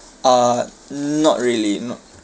uh not really no